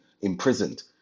imprisoned